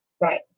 right